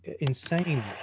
insane